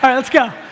um let's go.